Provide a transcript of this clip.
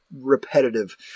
repetitive